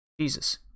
Jesus